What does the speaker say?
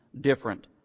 different